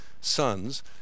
sons